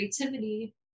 creativity